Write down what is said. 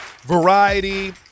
variety